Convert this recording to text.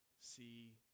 see